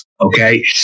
okay